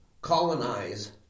colonize